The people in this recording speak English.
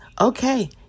Okay